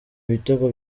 ibitego